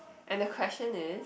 and the question is